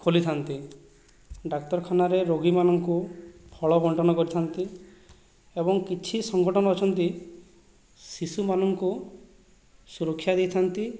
ଖୋଲିଥାନ୍ତି ଡାକ୍ତରଖାନାରେ ରୋଗୀମାନଙ୍କୁ ଫଳବଣ୍ଟନ କରିଥାନ୍ତି ଏବଂ କିଛି ସଂଗଠନ ଅଛନ୍ତି ଶିଶୁମାନଙ୍କୁ ସୁରକ୍ଷା ଦେଇଥାନ୍ତି